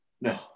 No